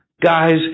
guys